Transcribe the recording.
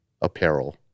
apparel